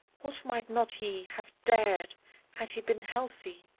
what might not he have dared had he been healthy?